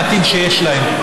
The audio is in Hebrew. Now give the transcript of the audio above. המעטים שיש להם.